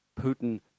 Putin